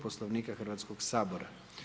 Poslovnika Hrvatskog sabora.